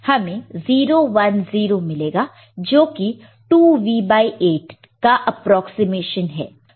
हमें 010 मिलेगा जो कि 2V8 का एप्रोक्सीमेशन है